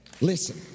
Listen